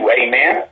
amen